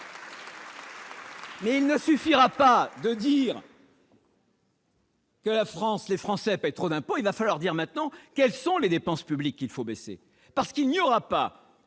Mais il ne suffira pas de dire que les Français paient trop d'impôts. Il va falloir dire maintenant quelles sont les dépenses publiques qu'il faut baisser, parce qu'il n'y aura pas